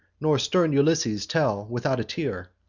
nor stern ulysses tell without a tear.